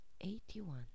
eighty-one